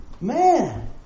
Man